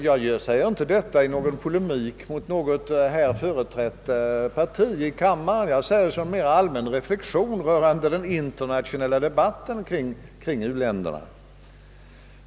Jag säger inte detta i polemik mot något i denna kammare företrätt parti utan som en allmän reflexion över den internationella debatten kring u-länderna.